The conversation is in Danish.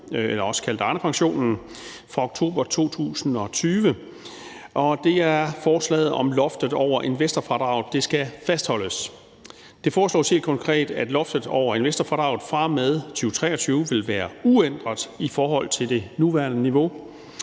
også kaldet Arnepensionen, fra oktober 2020, og det er forslaget om, at loftet over investorfradraget skal fastholdes. Det foreslås helt konkret, at loftet over investorfradraget fra og med 2023 vil være uændret i forhold til det nuværende niveau.